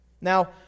Now